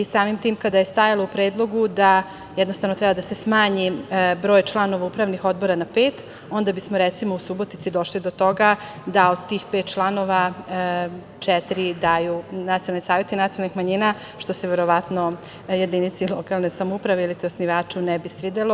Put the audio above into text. Samim tim, kada je stajalo u predlogu da, jednostavno, treba da se smanji broj članova upravnog odbora na pet, onda bi smo, recimo, u Subotici došli do toga da od tih pet članova četiri daju nacionalni saveti nacionalnih manjina, što se verovatno jedinici lokalne samouprave, ili ti osnivaču, ne bi svidelo.